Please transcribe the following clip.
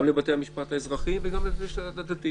גם לבתי המשפט האזרחיים וגם לדתיים.